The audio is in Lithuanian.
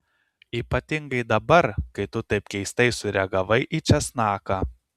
ypatingai dabar kai tu taip keistai sureagavai į česnaką